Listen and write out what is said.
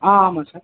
ஆ ஆமாம் சார்